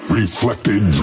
reflected